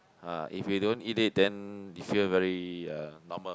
ah if you don't eat it then you feel very uh normal